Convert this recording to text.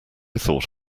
thought